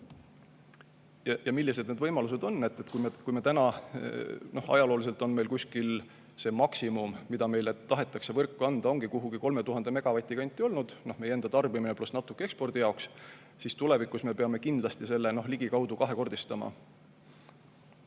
Millised need võimalused on? Kui meil ajalooliselt on see maksimum, mida meile tahetakse võrku anda, olnud 3000 megavati kandis – meie enda tarbimine pluss natuke ekspordi jaoks –, siis tulevikus me peame kindlasti selle ligikaudu kahekordistama.